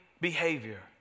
behavior